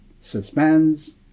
suspense